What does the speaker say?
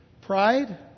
Pride